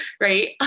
right